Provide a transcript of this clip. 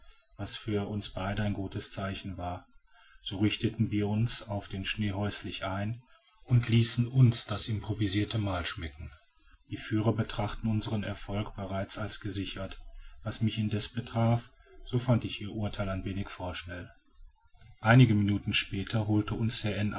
was für uns beide ein gutes zeichen war so richteten wir uns auf dem schnee häuslich ein und ließen uns das improvisirte mahl schmecken die führer betrachteten unsern erfolg bereits als gesichert was mich indessen betraf so fand ich ihr urtheil ein wenig vorschnell einige minuten später holte uns